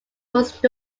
most